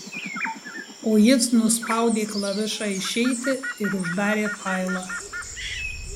o jis nuspaudė klavišą išeiti ir uždarė failą